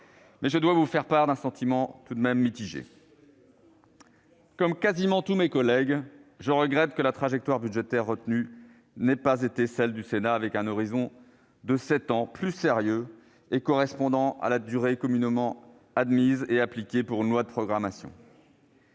mais je dois vous faire part d'un sentiment mitigé. Comme quasiment tous mes collègues, je regrette que la trajectoire budgétaire retenue n'ait pas été celle du Sénat, avec un horizon de sept ans, plus sérieux et correspondant à la durée communément admise et appliquée pour une loi de programmation.